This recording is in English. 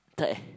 thirty